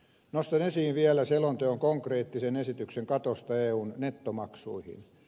nostan esiin vielä selonteon konkreettisen esityksen katosta eun nettomaksuihin